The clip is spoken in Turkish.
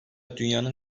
dünyanın